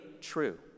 true